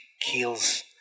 kills